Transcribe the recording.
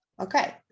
Okay